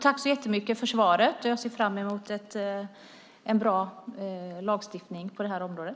Tack så jättemycket för svaret; jag ser fram emot en bra lagstiftning på området.